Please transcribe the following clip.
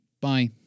Bye